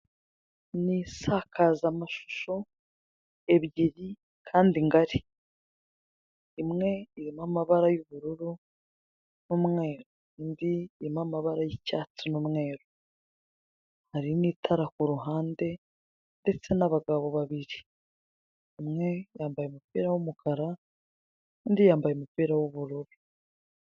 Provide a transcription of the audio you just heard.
Ni isakazamashusho ebyiri kandi ngari, imwe irimo amabara y'ubururu n'umweru, indi irimo amabara y'icyatsi n'umweru, hari n'itara ku ruhande ndetse n'abagabo babiri, umwe yambaye umupira w'umukara, undi yambaye umupira w'ubururu.